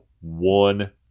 one